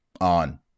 on